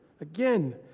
again